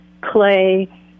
clay